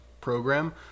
program